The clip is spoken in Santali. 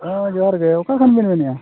ᱦᱮᱸ ᱡᱚᱦᱟᱨ ᱜᱮ ᱚᱠᱟ ᱠᱷᱚᱱ ᱵᱤᱱ ᱢᱮᱱᱮᱜᱼᱟ